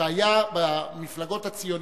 שהיה במפלגות הציוניות,